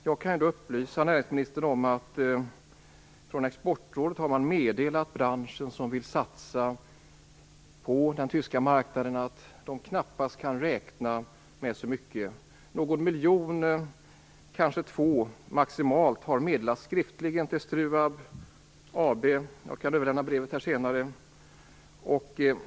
Jag kan då upplysa näringsministern om att man från Exportrådet har meddelat branschen som vill satsa på den tyska marknaden att den knappast kan räkna med så mycket - någon miljon och maximalt två har man meddelat skriftligen till STRU AB. Jag kan överlämna brevet senare.